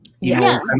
Yes